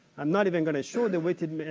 i'm not even going to show the width,